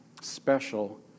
special